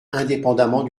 indépendement